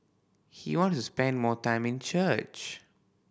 he wants to spend more time in church